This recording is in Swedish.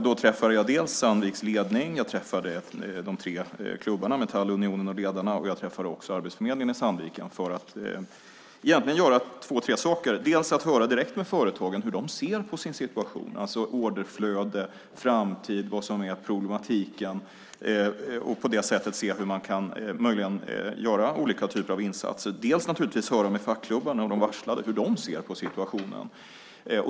Då träffade jag Sandviks ledning, de tre klubbarna - Metall, Unionen och Ledarna - och även Arbetsförmedlingen i Sandviken, egentligen för att göra två tre saker: dels höra direkt med företagen hur de ser på sin situation, med orderflödet, framtiden och vad som är problematiken och på det sättet se hur man möjligen kan göra olika typer av insatser, dels höra med fackklubbarna och de varslade hur de ser på situationen.